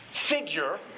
Figure